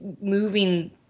moving